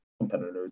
competitors